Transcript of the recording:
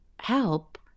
help